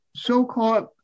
So-called